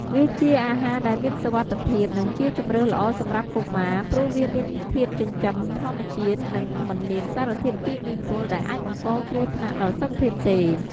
វាជាអាហារដែលមានសុវត្ថិភាព និងជាជម្រើសល្អសម្រាប់កុមារ ព្រោះវាមានធាតុចិញ្ចឹមធម្មជាតិ និងមិនមានសារធាតុគីមីពុលដែលអាចបង្កគ្រោះថ្នាក់ដល់សុខភាពទេ។